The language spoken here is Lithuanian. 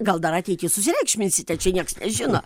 gal dar ateity susireikšminsite čia nieks nežino